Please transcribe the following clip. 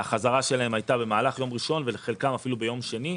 והחזרה שלהם הייתה במהלך יום ראשון וחלקם אפילו ביום שני.